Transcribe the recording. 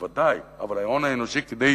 ההון האנושי בוודאי,